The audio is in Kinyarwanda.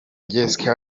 jessica